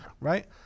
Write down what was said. right